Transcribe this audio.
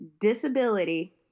disability